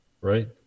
Right